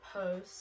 post